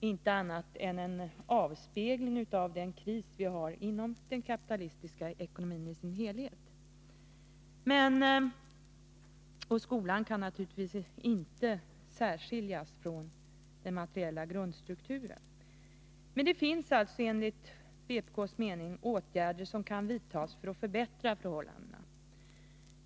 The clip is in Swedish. är inte annat än en avspegling av den kris vi har inom den kapitalistiska ekonomin i dess helhet, och skolan kan naturligtvis inte särskiljas från den materiella grundstrukturen. Men det finns enligt vpk:s mening åtgärder som kan vidtas för att förbättra förhållandena.